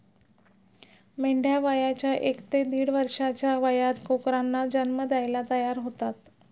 मेंढ्या वयाच्या एक ते दीड वर्षाच्या वयात कोकरांना जन्म द्यायला तयार होतात